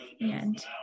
And-